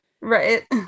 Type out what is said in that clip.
Right